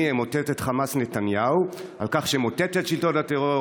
אמוטט את חמאס" נתניהו על כך שמוטט את שלטון הטרור,